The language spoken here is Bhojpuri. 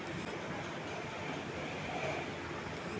जाल बिछा के मछरी पकड़े क काम सब जगह पर होला